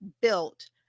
built